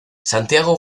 santiago